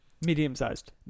Medium-sized